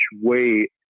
weight